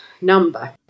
number